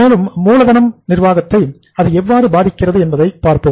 மேலும் மூலதன நிர்வாகத்தைஅது எவ்வாறு பாதிக்கிறது என்பதை பார்ப்போம்